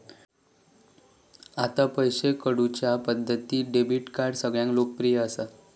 आता पैशे काढुच्या पद्धतींत डेबीट कार्ड सगळ्यांत लोकप्रिय असा